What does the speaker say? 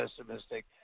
pessimistic